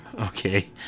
okay